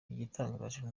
igitangaje